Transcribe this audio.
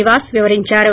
Nivas వివరిందారు